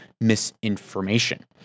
misinformation